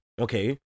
Okay